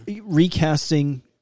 recasting